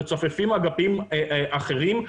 מצופפים אגפים אחרים,